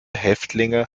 häftlinge